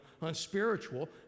unspiritual